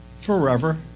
forever